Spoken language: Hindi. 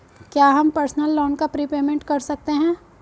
क्या हम पर्सनल लोन का प्रीपेमेंट कर सकते हैं?